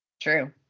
True